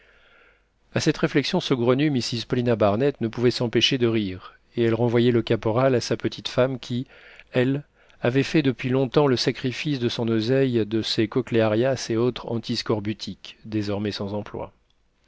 à cette réflexion saugrenue mrs paulina barnett ne pouvait s'empêcher de rire et elle renvoyait le caporal à sa petite femme qui elle avait fait depuis longtemps le sacrifice de son oseille de ses chochléarias et autres antiscorbutiques désormais sans emploi